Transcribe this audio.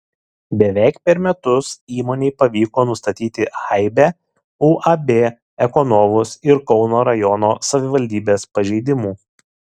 beveik per metus įmonei pavyko nustatyti aibę uab ekonovus ir kauno rajono savivaldybės pažeidimų